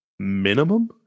minimum